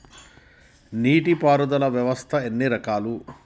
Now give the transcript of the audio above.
నీటి పారుదల వ్యవస్థ ఎన్ని రకాలు?